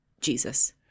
jesus